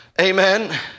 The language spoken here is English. amen